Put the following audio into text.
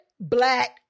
black